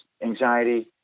Anxiety